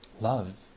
Love